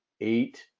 eight